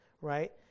right